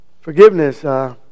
Forgiveness